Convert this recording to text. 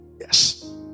Yes